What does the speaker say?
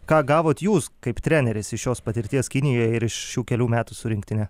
ką gavot jūs kaip treneris iš šios patirties kinijoje ir šių kelių metų su rinktine